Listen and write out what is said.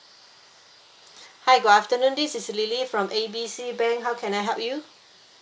hi good afternoon this is lily from A B C bank how can I help you